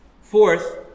Fourth